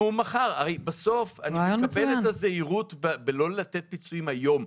אני מבין את הזהירות בנתינת פיצויים מיידית,